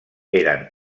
eren